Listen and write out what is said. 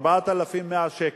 4,100 שקל,